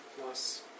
plus